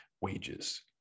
wages